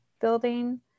building